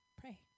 pray